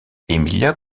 emilia